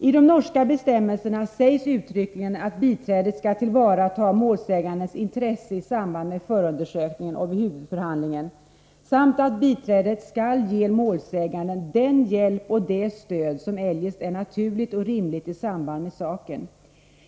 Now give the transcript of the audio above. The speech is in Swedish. I de norska bestämmelserna sägs uttryckligen att biträdet skall tillvarata målsägandes intressen i samband med förundersökningen och vid huvudförhandlingen samt att biträdet skall ge målsäganden den hjälp och det stöd som eljest är naturligt och rimligt i samband med saken.